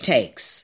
Takes